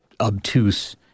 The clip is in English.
obtuse